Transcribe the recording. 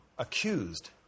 accused